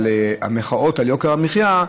על המחאות על יוקר המחיה,